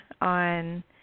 on